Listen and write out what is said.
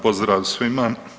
Pozdrav svima.